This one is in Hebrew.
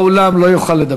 והוא לא מיושם.